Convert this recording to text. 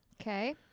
Okay